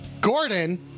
Gordon